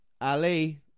Ali